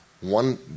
one